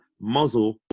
muzzle